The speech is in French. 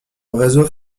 réseau